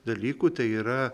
dalykų tai yra